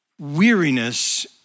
weariness